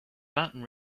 mountain